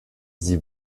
sie